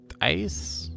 ice